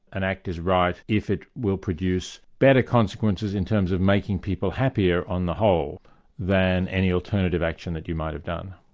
an act is right if it will produce better consequences in terms of making people happier on the whole than any alternative action that you might have done.